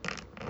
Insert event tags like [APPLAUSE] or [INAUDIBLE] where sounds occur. [NOISE]